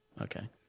Okay